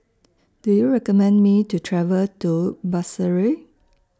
Do YOU recommend Me to travel to Basseterre